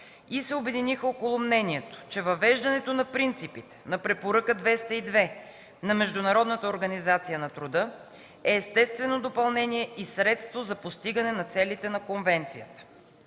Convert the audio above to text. и се обединиха около мнението, че въвеждането на принципите на Препоръка № 202 на Международната организация на труда е естествено допълнение и средство за постигане целите на конвенцията.